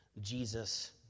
Jesus